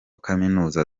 kaminuza